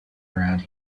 around